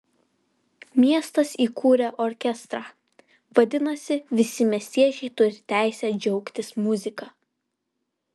miestas įkūrė orkestrą vadinasi visi miestiečiai turi teisę džiaugtis muzika